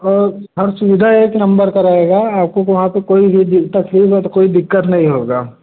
और हर सुविधा एक नंबर की रहेगी आपको वहाँ पर कोई भी दिक़्क़त तकलीफ़ या कोई दिक़्क़त नहीं होगी